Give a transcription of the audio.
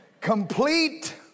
complete